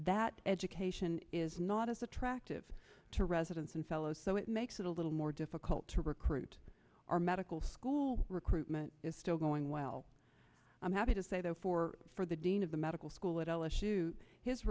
that education is not as attractive to residents and fellows so it makes it a little more difficult to recruit our medical school recruitment is still going well i'm happy to say though for for the dean of the medical school at